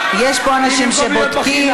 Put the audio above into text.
יש פה אנשים שבודקים.